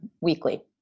weekly